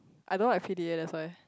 I don't like P_D_A that's why